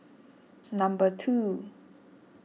number two